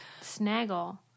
snaggle